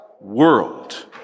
world